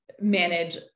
manage